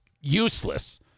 Useless